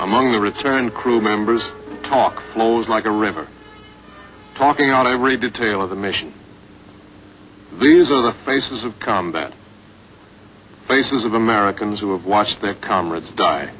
among the return crew members talk flows like a river talking on every detail of the mission these are the faces of combat faces of americans who have watched their comrades die